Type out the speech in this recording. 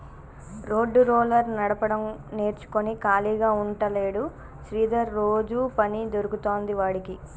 road roller నడపడం నేర్చుకుని ఖాళీగా ఉంటలేడు శ్రీధర్ రోజు పని దొరుకుతాంది వాడికి